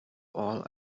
all